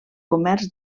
comerç